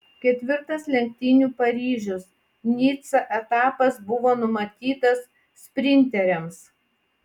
ketvirtas lenktynių paryžius nica etapas buvo numatytas sprinteriams